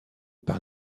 par